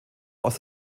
aus